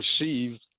received